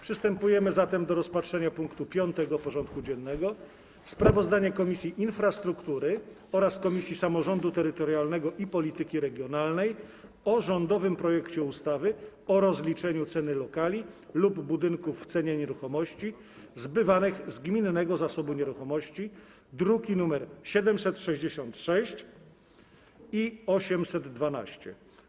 Przystępujemy do rozpatrzenia punktu 5. porządku dziennego: Sprawozdanie Komisji Infrastruktury oraz Komisji Samorządu Terytorialnego i Polityki Regionalnej o rządowym projekcie ustawy o rozliczaniu ceny lokali lub budynków w cenie nieruchomości zbywanych z gminnego zasobu nieruchomości (druki nr 766 i 812)